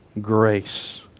grace